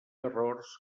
errors